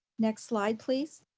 next slide, please.